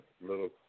little